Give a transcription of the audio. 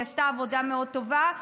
היא עשתה עבודה מאוד טובה.